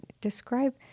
Describe